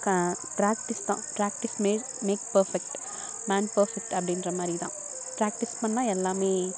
க பிராக்டிஸ் தான் practice made make perfect man perfect அப்படின்ற மாதிரிதான் பிராக்டிஸ் பண்ணிணா எல்லாமே